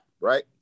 right